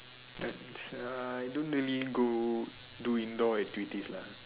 let me see uh I don't really go do indoor activities lah